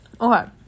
Okay